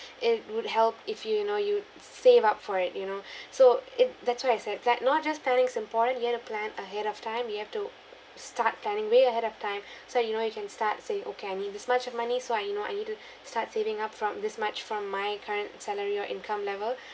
it would help if you you know you save up for it you know so it that's why I said that not just planning's important you've to plan ahead of time you have to start planning way ahead of time so you know you can start save okay I need this much of money so I know I need to start saving up from this much from my current salary or income level